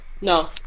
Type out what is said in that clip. No